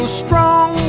strong